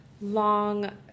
long